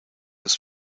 his